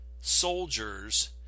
soldiers